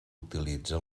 utilitza